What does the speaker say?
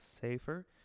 safer